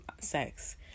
sex